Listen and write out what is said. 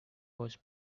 was